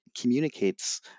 communicates